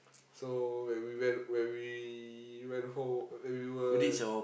so when we went when we went home when we were